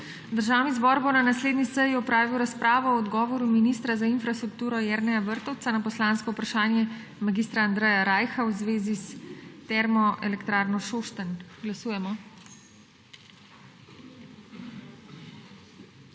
Državni zbor bo na naslednji seji opravil razpravo o odgovoru ministra za infrastrukturo Jerneja Vrtovca na poslansko vprašanje mag. Andreja Rajha v zvezi s Termoelektrarno Šoštanj. Glasujemo.